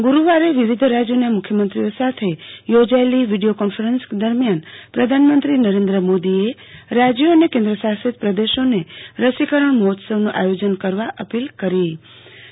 ગુરુવારે વિવિધ રાજ્યોના મુખ્યમંત્રીઓ સાથે યોજાયેલી વિડી યો કોન્ફરન્સ દરમિયાન પ્રધાનમંત્રી નરેન્દ્ર મોદીએ રાજ્યો અને કેન્દ્ર શાસિત પ્રદેશો ને રસીકરણ મહોત્સવનું આયોજન કરવા અપીલ કરી હતી